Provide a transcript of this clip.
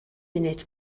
munud